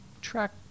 track